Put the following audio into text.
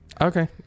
Okay